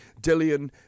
Dillian